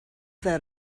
that